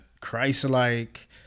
Christ-like